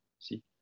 See